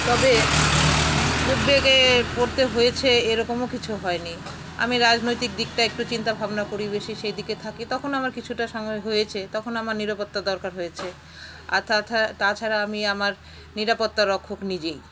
তবে উদ্বেগে পড়তে হয়েছে এরকমও কিছু হয়নি আমি রাজনৈতিক দিকটা একটু চিন্তাভাবনা করি বেশি সেই দিকে থাকি তখন আমার কিছুটা সময় হয়েছে তখন আমার নিরাপত্তা দরকার হয়েছে আর তা তাছাড়া আমি আমার নিরাপত্তা রক্ষক নিজেই